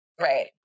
Right